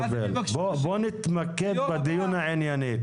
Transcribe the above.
בוא נתמקד בדיון הענייני.